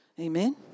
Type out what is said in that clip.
Amen